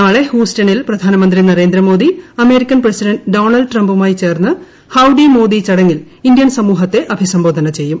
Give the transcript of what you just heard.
നാളെ ഹൂസ്റ്റണിൽ പ്രധാനമന്ത്രി നരേന്ദ്രമോദി അമേരിക്കൻ പ്രസിഡന്റ് ഡോണാൾഡ് ട്രംപുമായി ചേർന്ന് ഹൌഡി മോദി ചടങ്ങിൽ ഇന്ത്യൻ സമൂഹത്തെ അഭിസംബോധന ചെയ്യും